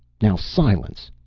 now silence!